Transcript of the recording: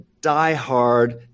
die-hard